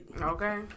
Okay